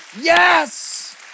yes